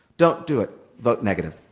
don't do it. vote negative.